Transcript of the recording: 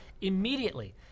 immediately